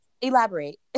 elaborate